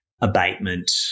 abatement